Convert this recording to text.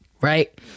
right